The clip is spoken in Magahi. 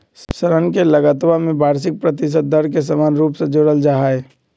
ऋण के लगतवा में वार्षिक प्रतिशत दर के समान रूप से जोडल जाहई